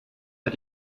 hat